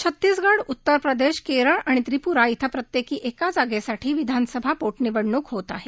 छत्तीसगड उत्तरप्रदेश केरळ आणि त्रिपुरा इथं प्रत्येकी एका जागेसाठी विधानसभा पोटनिवडणूक होत आहे